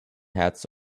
hats